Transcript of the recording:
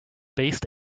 based